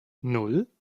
nan